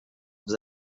mais